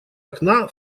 окна